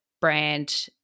brand